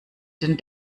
den